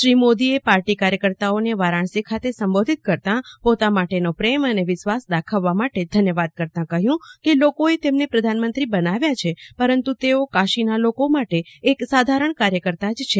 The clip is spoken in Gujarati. શ્રી મોદીએ પાર્ટી કાર્યકર્તાઓને વારણાસી ખાતે સંબોધિત કરતા પોતા માટેનો પ્રેમ અને વિશ્વાસ દાખવવા માટે ઘન્યવાદ કરતાં કહ્યું કે લોકોએ તેમને પ્રધાનમંત્રી બનાવ્યા છે પરંતુ તેઓ કાશીના લોકો માટે એક સાધારણ કાર્ચકર્તા છે